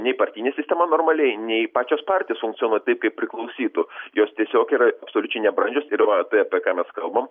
nei partinė sistema normaliai nei pačios partijos funkcionuoja taip kaip priklausytų jos tiesiog yra absoliučiai nebrandžios ir va tai apie ką mes kalbam